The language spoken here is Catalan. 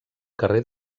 carrer